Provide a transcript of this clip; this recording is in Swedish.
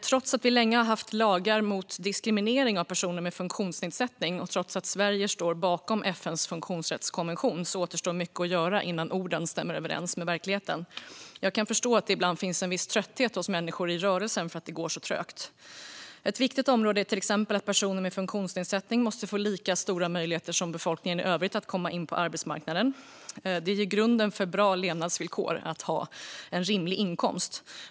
Trots att vi länge haft lagar mot diskriminering av personer med funktionsnedsättning och trots att Sverige står bakom FN:s funktionsrättskonvention återstår mycket att göra innan orden stämmer överens med verkligheten. Jag kan förstå att det ibland finns en trötthet hos människor i "rörelsen" över att det går så trögt. Ett viktigt område är till exempel att personer med funktionsnedsättning måste få lika stora möjligheter som befolkningen i övrigt att komma in på arbetsmarknaden. Det ger grunden för bra levnadsvillkor att ha en rimlig inkomst.